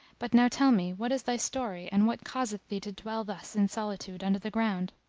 but now tell me, what is thy story and what causeth thee to dwell thus in solitude under the ground?